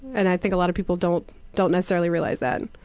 and i think a lot of people don't don't necessarily realize that.